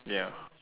ya